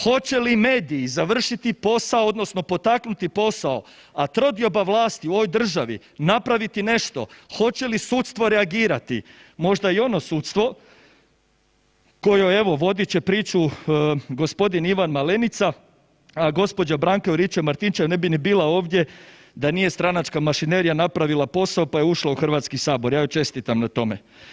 Hoće li mediji završiti posao odnosno potaknuti posao a trodioba vlasti u ovoj državi napraviti nešto, hoće li sudstvo reagirati, možda i ono sudstvo koje evo, vodit će priču g. Ivan Malenica a gđa. Branka Juričev Martinčev ne bi ni bila ovdje da nije stranačka mašinerija napravila posao pa je ušla u Hrvatski sabor, ja joj čestitam na tome.